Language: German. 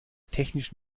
technisch